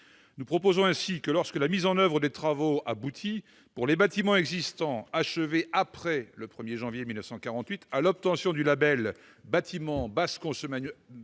taux bonifié. Ainsi, lorsque la mise en oeuvre des travaux aboutit, pour les bâtiments existants achevés après le 1 janvier 1948, à l'obtention du label « bâtiment basse consommation